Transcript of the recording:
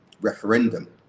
referendum